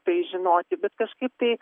tai žinoti bet kažkaip tai